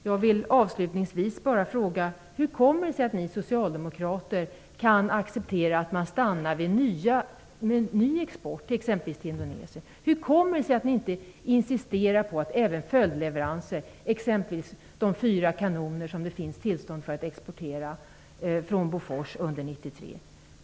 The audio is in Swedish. Jag vill avslutningsvis bara fråga: Hur kommer det sig att ni socialdemokrater kan acceptera att man enbart stoppar ny export, exempelvis till Indonesien? Hur kommer det sig att ni inte insisterar även när det gäller följdleveranser, exempelvis de fyra kanoner som det fanns tillstånd att exportera från Bofors under 1993?